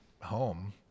home